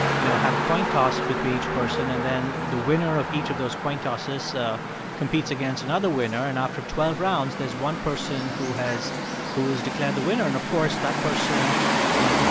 you know, have a coin toss between each person. and then the winner of each of those coin tosses so competes against another winner and after twelve rounds, there's one person who has who is declared the winner. and, of course, that person you know,